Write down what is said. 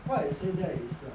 why I say that is err